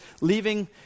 leaving